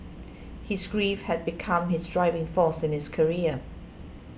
his grief had become his driving force in his career